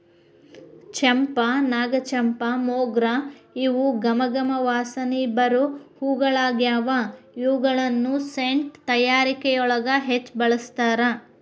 ಚಂಪಾ, ನಾಗಚಂಪಾ, ಮೊಗ್ರ ಇವು ಗಮ ಗಮ ವಾಸನಿ ಬರು ಹೂಗಳಗ್ಯಾವ, ಇವುಗಳನ್ನ ಸೆಂಟ್ ತಯಾರಿಕೆಯೊಳಗ ಹೆಚ್ಚ್ ಬಳಸ್ತಾರ